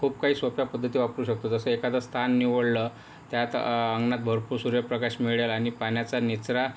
खूप काही सोप्या पद्धती वापरू शकतो जसं एखादं स्थान निवडलं त्यात अंगणात भरपूर सूर्यप्रकाश मिळेल आणि पाण्याचा निचरा